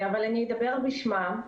אבל אני אדבר בשמה.